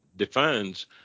defines